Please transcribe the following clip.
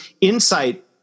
insight